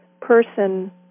person